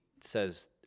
says